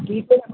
വീട്ടിലാണോ